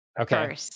okay